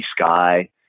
sky